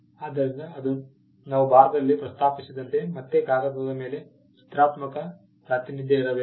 ಆದ್ದರಿಂದ ಅದು ನಾವು ಭಾರತದಲ್ಲಿ ಪ್ರಸ್ತಾಪಿಸಿದಂತೆ ಮತ್ತೆ ಕಾಗದದ ಮೇಲೆ ಚಿತ್ರಾತ್ಮಕ ಪ್ರಾತಿನಿಧ್ಯ ಇರಬೇಕು